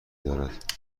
دارد